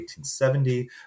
1870